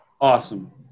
awesome